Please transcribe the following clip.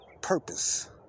purpose